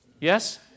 Yes